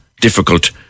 difficult